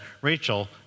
Rachel